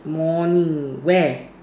morning where